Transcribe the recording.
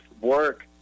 work